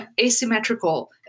asymmetrical